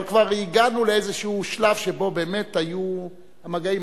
אבל כבר הגענו לאיזשהו שלב שבו באמת היו מגעים.